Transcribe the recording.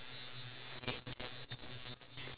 so it's a good and bad